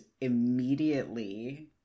immediately